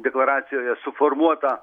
deklaracijoje suformuluota